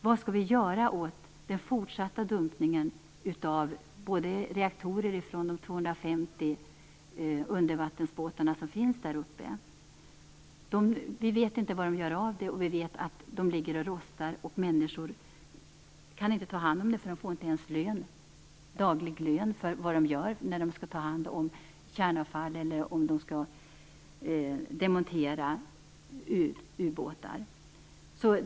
Vad skall man göra åt den fortsatta dumpningen av reaktorer från de 250 undervattensbåtar som finns där uppe? Vi vet inte var de gör av dem, men vi vet att de ligger och rostar. Människor kan inte ta hand om dem, därför att de får inte ens daglig lön för att ta hand om kärnavfall eller demontera ubåtar.